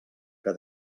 que